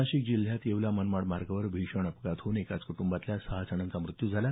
नाशिक जिल्ह्यात येवला मनमाड मार्गावर भीषण अपघात होऊन एकाच कुटुंबातल्या सहा जणांचा मृत्यू झाला